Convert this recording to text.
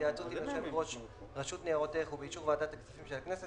בהתייעצות עם יושב- ראש רשות ניירות ערך ובאישור ועדת הכספים של הכנסת,